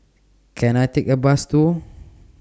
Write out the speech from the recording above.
Can I Take A Bus to